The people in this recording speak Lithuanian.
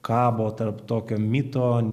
kabo tarp tokio mito